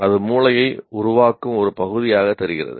அது மூளையை உருவாக்கும் ஒரு பகுதியாக தெரிகிறது